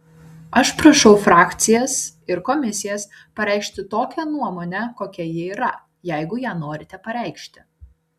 aš prašau frakcijas ir komisijas pareikšti tokią nuomonę kokia ji yra jeigu ją norite pareikšti